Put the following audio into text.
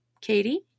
katie